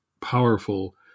powerful